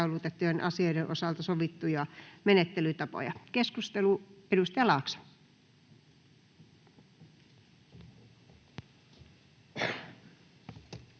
asioiden osalta sovittuja menettelytapoja. — Keskustelu, ministeri Haavisto,